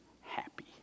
happy